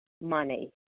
money